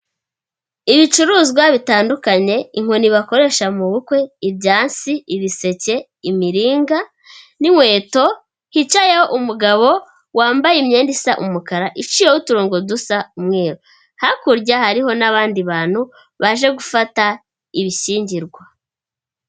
Ibicuruzwa bitandukanye, inkoni bakoresha mu bukwe, ibyansi, ibiseke, imiringa n'inkweto, hicaye umugabo wambaye imyenda isa umukara, iciyeho uturongo dusa umweru, hakurya hariho n'abandi bantu baje gufata ibishyingirwa.